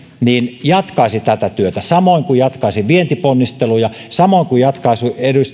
niin hän jatkaisi tätä työtä samoin kuin jatkaisi vientiponnisteluja samoin kuin jatkaisi